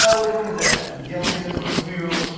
yeah which one is that? i'm guilty of this one too,